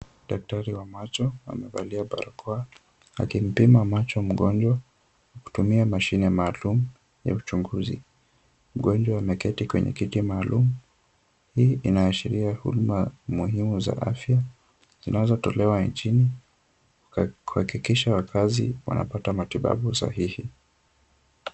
Daktari wa macho amevalia barakoa akimpima macho mgonjwa kutumia mashine maalum ya uchunguzi. Mgonjwa ameketi kwenye kiti maalum. Hii inaashiria huduma muhimu za afya zinazotolewa nchini kuhakikisha wakazi wanapata matibabu sahihi.